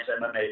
MMA